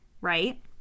right